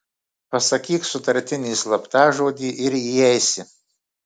pasakyk sutartinį slaptažodį ir įeisi